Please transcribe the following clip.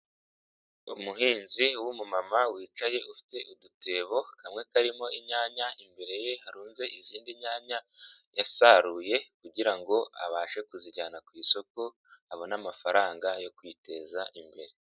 Umuhinzi w'umumama wicaye ufite udutebo, kamwe karimo inyanya, imbere ye harunze izindi nyanya, yasaruye kugira ngo abashe kuzijyana ku isoko, abone amafaranga yo kwiteza imbere.